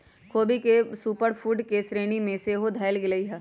ख़ोबी के super food के श्रेणी में सेहो धयल गेलइ ह